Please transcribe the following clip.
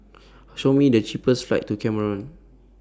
Show Me The cheapest flights to Cameroon